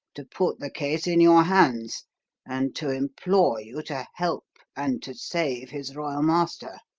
to put the case in your hands and to implore you to help and to save his royal master!